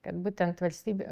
kad būtent valstybė